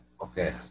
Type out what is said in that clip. Okay